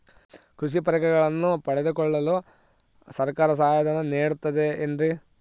ಕೃಷಿ ಪರಿಕರಗಳನ್ನು ಪಡೆದುಕೊಳ್ಳಲು ಸರ್ಕಾರ ಸಹಾಯಧನ ನೇಡುತ್ತದೆ ಏನ್ರಿ?